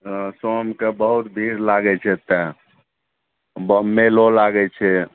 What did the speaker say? सोमके बहुत भीड़ लागै छै एतऽ बड मेलो लागै छै